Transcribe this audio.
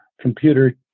computer